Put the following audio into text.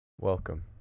Welcome